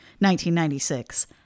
1996